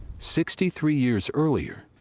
sixty three years earlier,